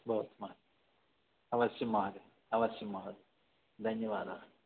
भवतु अवश्यं महोदय अवश्यं महोदय धन्यवादाः